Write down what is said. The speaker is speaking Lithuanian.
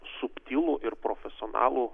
subtilų ir profesionalų